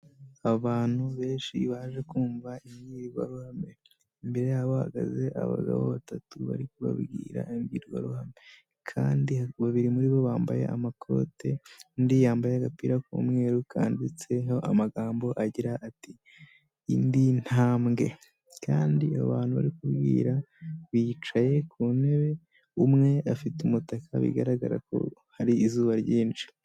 Abantu benshi baje kumva imbwirwaruhame, imbere yabo hahagaze abagabo batatu bari kubabwira imbwirwaruhame, kandi babiri muri bo bambaye amakote, undi yambaye agapira k'umweru kanditseho amagambo agira ati " indi ntambwe " kandi abantu bari kubwira bicaye ku ntebe, umwe afite umutaka bigaragara ko hari izuba ryinshi.